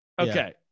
Okay